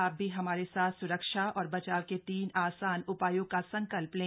आप भी हमारे साथ स्रक्षा और बचाव के तीन आसान उपायों का संकल्प लें